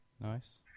Nice